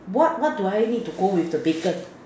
what what do I need to go with the bacon